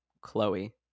Chloe